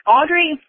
Audrey